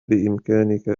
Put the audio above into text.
بإمكانك